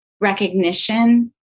recognition